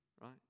right